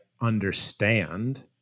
understand